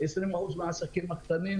20% מהעסקים הקטנים